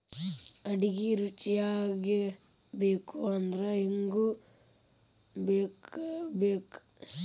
ಅಡಿಗಿ ರುಚಿಯಾಗಬೇಕು ಅಂದ್ರ ಇಂಗು ಬೇಕಬೇಕ